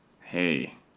hey